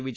V